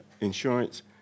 insurance